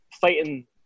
fighting